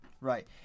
Right